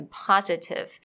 positive